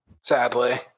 Sadly